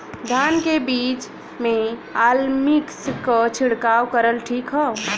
धान के बिज में अलमिक्स क छिड़काव करल ठीक ह?